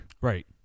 Right